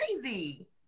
crazy